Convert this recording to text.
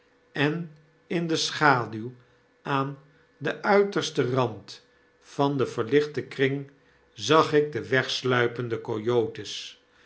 en in de schaduw aan denuitersten rand van den verlichten kring zag ik de wegsluipende